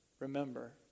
remember